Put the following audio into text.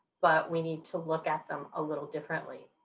but we need to look at them a little differently.